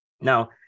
Now